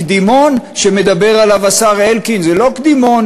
הקדימון שמדבר עליו השר אלקין הוא לא קדימון